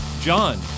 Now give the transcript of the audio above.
John